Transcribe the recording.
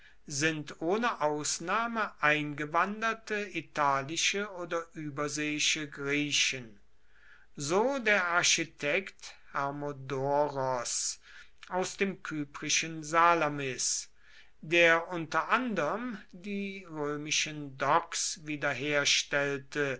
sind ohne ausnahme eingewanderte italische oder überseeische griechen so der architekt hermodoros aus dem kyprischen salamis der unter anderm die römischen docks wiederherstellte